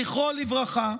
זכרו לברכה.